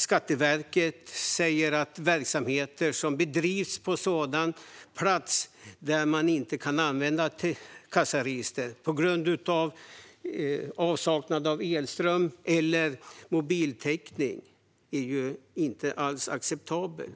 Skatteverket har sagt att verksamheter som bedrivs på sådan plats att man inte kan använda kassaregister, på grund av avsaknad av elström eller mobiltäckning, inte är undantag. Det är inte acceptabelt.